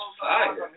fire